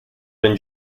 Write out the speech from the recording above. been